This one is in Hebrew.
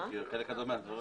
כי חלק גדול מהדברים